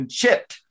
chipped